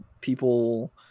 people